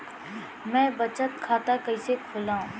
मै बचत खाता कईसे खोलव?